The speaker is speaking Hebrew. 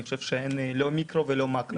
אני חושב שאין מיקרו ואין מקרו.